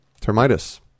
Termitus